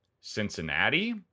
Cincinnati